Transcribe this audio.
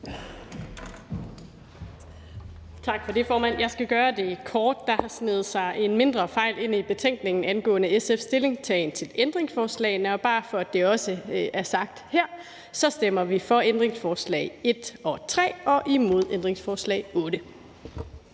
Tak for det, formand. Jeg skal gøre det kort. Der har sneget sig en mindre fejl ind i betænkningen angående SF's stillingtagen til ændringsforslagene. Det er bare for, at det også er sagt her: Vi stemmer for ændringsforslag nr. 1 og 3 og imod ændringsforslag nr.